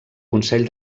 consell